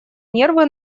нервы